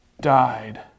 died